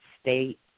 state